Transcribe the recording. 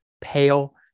Pale